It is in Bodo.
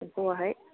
एम्फौआहाय